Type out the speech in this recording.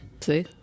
See